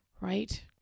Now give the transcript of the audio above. right